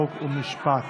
חוק ומשפט